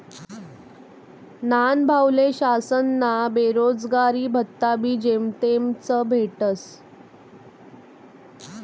न्हानभाऊले शासनना बेरोजगारी भत्ताबी जेमतेमच भेटस